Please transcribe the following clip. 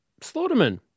slaughterman